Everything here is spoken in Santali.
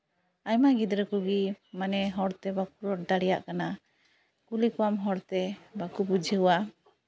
ᱟᱭᱢᱟ ᱜᱤᱫᱽᱨᱟᱹ ᱠᱚᱜᱮ ᱢᱟᱱᱮ ᱦᱚᱲᱛᱮ ᱵᱟᱠᱚ ᱨᱚᱲ ᱫᱟᱲᱮᱭᱟᱜ ᱠᱟᱱᱟ ᱠᱩᱞᱤ ᱠᱚᱣᱟᱢ ᱦᱚᱲᱛᱮ ᱵᱟᱠᱚ ᱵᱩᱡᱷᱟᱹᱣᱟ